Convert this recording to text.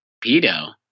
pedo